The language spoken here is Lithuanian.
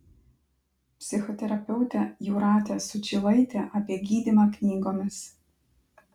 psichoterapeutė jūratė sučylaitė apie gydymą knygomis